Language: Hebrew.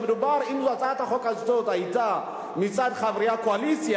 אם הצעת החוק הזאת היתה מצד חברי הקואליציה,